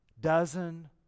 dozen